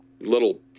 Little